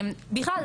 בכלל,